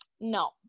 No